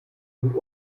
und